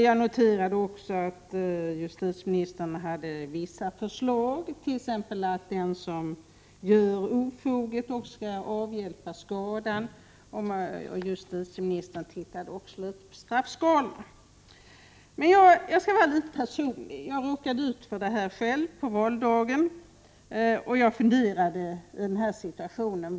Jag noterade också att justitieministern hade vissa förslag, t.ex. att den som gör ofoget också skall avhjälpa skadan. Justitieministern har också tittat på straffskalan. Jag skall vara litet personlig. Jag råkade ut för vandalisering på valdagen och funderade över situationen.